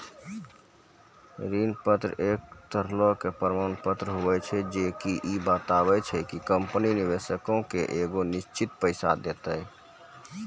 ऋण पत्र एक तरहो के प्रमाण पत्र होय छै जे की इ बताबै छै कि कंपनी निवेशको के एगो निश्चित पैसा देतै